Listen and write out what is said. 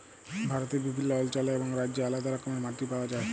ভারতে বিভিল্ল্য অল্চলে এবং রাজ্যে আলেদা রকমের মাটি পাউয়া যায়